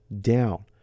down